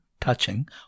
touching